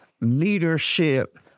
leadership